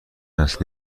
است